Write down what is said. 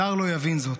זר לא יבין זאת,